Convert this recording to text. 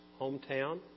hometown